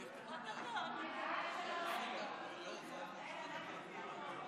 להעביר את הצעת חוק לתיקון פקודת המשטרה